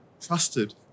Trusted